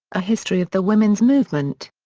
a history of the women's movement.